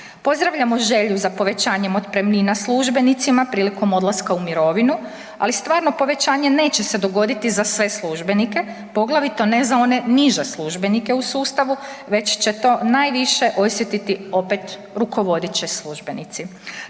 Pozdravljamo želju za povećanjem otpremnina službenicima prilikom odlaska u mirovinu, ali stvarno povećanje neće se dogoditi za sve službenike, poglavito ne za one niže službenike u sustavu, već će to najviše osjetiti opet rukovodeći službenici.